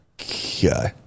Okay